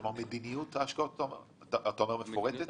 מדיניות ההשקעות מפורטת?